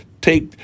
take